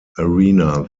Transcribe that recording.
arena